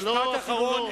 משפט אחרון.